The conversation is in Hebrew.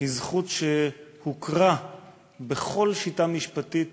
היא זכות שהוכרה בכל שיטה משפטית